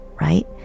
right